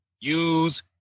use